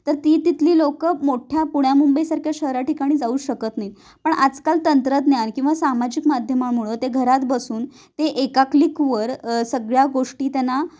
तर ती तिथली लोकं मोठ्या पुण्या मुंबईसारख्या शहरा ठिकाणी जाऊ शकत नाही पण आजकाल तंत्रज्ञान किंवा सामाजिक माध्यमामुळं ते घरात बसून ते एका क्लिकवर सगळ्या गोष्टी त्यांना